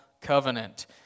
covenant